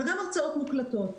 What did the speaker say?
אבל גם הרצאות מוקלטות.